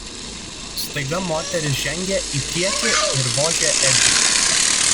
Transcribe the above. staiga moteris žengė į priekį ir vožė edžiui